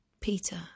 Peter